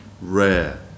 rare